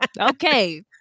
okay